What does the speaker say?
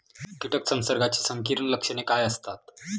कीटक संसर्गाची संकीर्ण लक्षणे काय असतात?